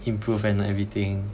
improve and everything